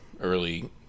early